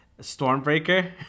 Stormbreaker